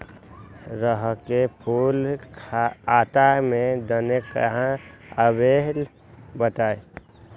रहर मे फूल आता हैं दने काहे न आबेले बताई?